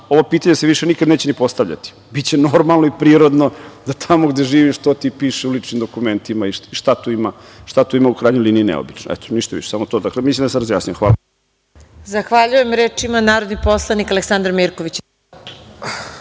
ovo pitanje se više nikad ni postavljati, biće normalno i prirodno da tamo gde živiš, to ti i piše u ličnim dokumentima i šta tu ima u krajnjoj liniji neobično. Eto, ništa više, samo to. Dakle, mislim da sam razjasnio. Hvala.